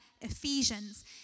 Ephesians